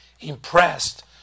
impressed